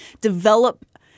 develop